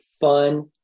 fun